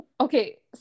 Okay